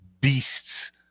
beasts